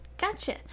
Gotcha